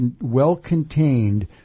well-contained